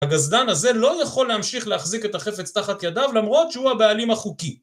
הגזלן הזה לא יכול להמשיך להחזיק את החפץ תחת ידיו למרות שהוא הבעלים החוקי